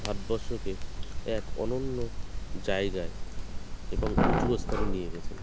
ভারতবর্ষকে এক অনন্য জায়গায় এবং উঁচু স্থানে নিয়ে গেছেন